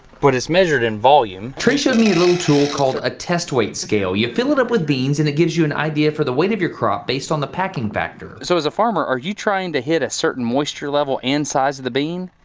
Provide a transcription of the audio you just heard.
but it's measured in volume. trey showed me a little tool called a test weight scale. you fill it up with beans, and it gives you an idea for the weight of your crop, based on the packing factor. so, as a farmer, are you trying to hit a certain moisture level, and size of the bean,